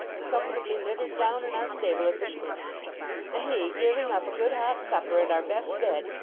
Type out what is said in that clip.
and comfortably littered down in our stable at this minute and he giving up a good hot supper and our best bed,